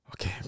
Okay